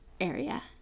area